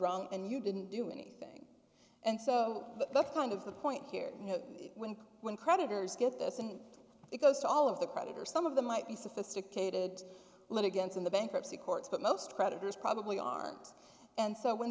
wrong and you didn't do anything and so that's kind of the point here you know when creditors get this and it goes to all of the creditors some of them might be sophisticated litigants in the bankruptcy courts but most creditors probably aren't and so when